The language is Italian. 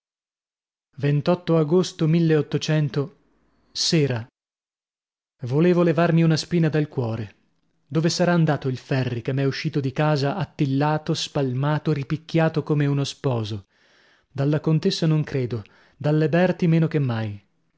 l agosto era volevo levarmi una spina dal cuore dove sarà andato il ferri che m'è uscito di casa attillato spalmato ripicchiato come uno sposo dalla contessa non credo dalle berti meno che mai